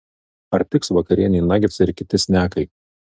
ar tiks vakarienei nagetsai ir kiti snekai